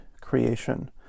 creation